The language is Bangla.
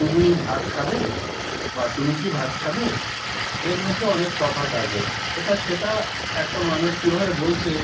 তুমি ভাত খাবে বা তুমি কি ভাত খাবে এর মধ্যে অনেক তফাত আছে এটা সেটা একটা মানুষ কীভাবে বলছে